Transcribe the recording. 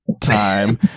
time